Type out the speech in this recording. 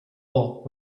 bulk